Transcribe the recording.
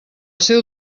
seu